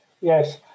Yes